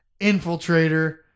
infiltrator